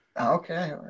Okay